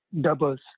doubles